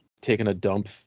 taking-a-dump